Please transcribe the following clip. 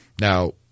now